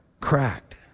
cracked